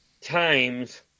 times